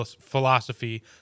philosophy